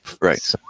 Right